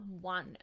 one